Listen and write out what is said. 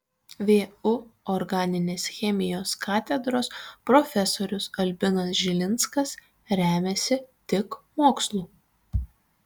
vu organinės chemijos katedros profesorius albinas žilinskas remiasi tik mokslu